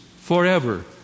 forever